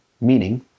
Meaning